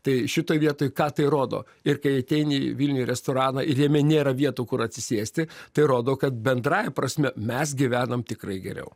tai šitoj vietoj ką tai rodo ir kai ateini vilniuj restoraną ir jame nėra vietų kur atsisėsti tai rodo kad bendrąja prasme mes gyvenam tikrai geriau